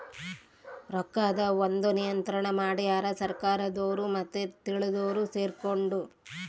ರೊಕ್ಕದ್ ಒಂದ್ ನಿಯಂತ್ರಣ ಮಡ್ಯಾರ್ ಸರ್ಕಾರದೊರು ಮತ್ತೆ ತಿಳ್ದೊರು ಸೆರ್ಕೊಂಡು